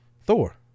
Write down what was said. Thor